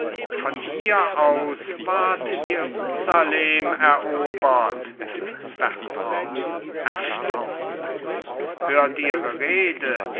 von hier aus ward jerusalem erobert bertrand erstaunt hört ihre rede